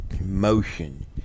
motion